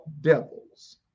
devils